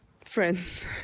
friends